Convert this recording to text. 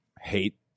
hate